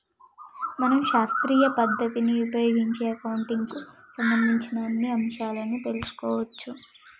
మనం శాస్త్రీయ పద్ధతిని ఉపయోగించి అకౌంటింగ్ కు సంబంధించిన అన్ని అంశాలను తెలుసుకోవచ్చు